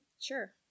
Sure